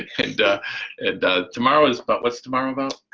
and tomorrow is about, what's tomorrow about?